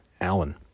Allen